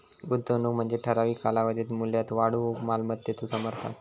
गुंतवणूक म्हणजे ठराविक कालावधीत मूल्यात वाढ होऊक मालमत्तेचो समर्पण